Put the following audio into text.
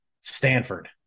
Stanford